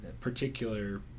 particular